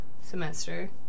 semester